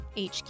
HQ